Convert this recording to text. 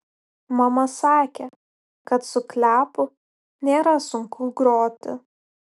mama sakė kad su kliapu nėra sunku groti